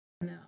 no